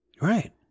Right